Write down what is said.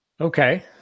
Okay